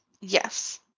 Yes